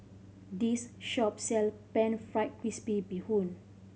this shop sell Pan Fried Crispy Bee Hoon